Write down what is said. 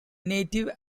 native